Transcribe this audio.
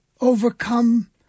overcome